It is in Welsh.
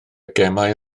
gemau